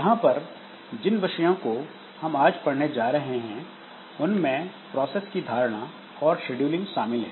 यहां पर हम जिन विषयों को आज पढ़ने जा रहे हैं उनमें प्रोसेस की धारणा और शेड्यूलिंग शामिल हैं